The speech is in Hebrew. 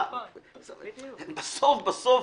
בסוף בסוף